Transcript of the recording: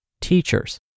teachers